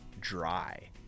dry